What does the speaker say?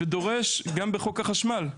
גם בחוק החשמל.